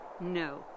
No